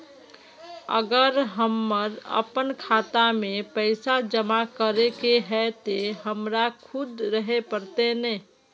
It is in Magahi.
अगर हमर अपना खाता में पैसा जमा करे के है ते हमरा खुद रहे पड़ते ने?